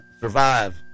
survive